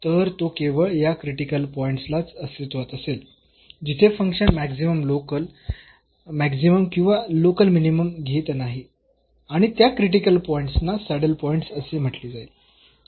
तर तो केवळ या क्रिटिकल पॉईंट्सलाच अस्तित्वात असेल जिथे फंक्शन मॅक्सिमम लोकल मॅक्सिमम किंवा लोकल मिनिमम घेत नाही आणि त्या क्रिटिकल पॉईंट्सना सॅडल पॉईंट्स असे म्हटले जाईल